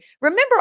Remember